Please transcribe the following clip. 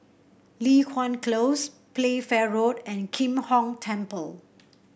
Li Hwan Close Playfair Road and Kim Hong Temple